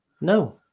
No